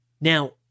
Now